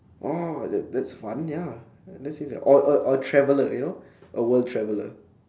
oh that that's fun ya uh that seems like or or or traveller you know a world traveller